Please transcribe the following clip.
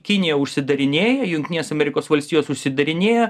kinija užsidarinėja jungtinės amerikos valstijos užsidarinėja